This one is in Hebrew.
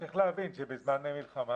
צריך להבין שזמן מלחמה,